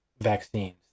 vaccines